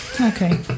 Okay